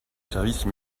service